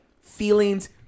feelings